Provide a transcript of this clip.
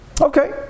Okay